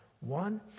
One